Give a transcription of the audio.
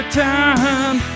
time